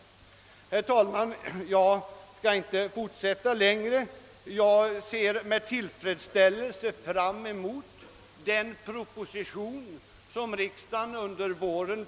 Herr talman! Jag skall inte fortsätta längre. Jag ser med tillfredsställelse fram mot den proposition som skall lämnas till riksdagen under våren.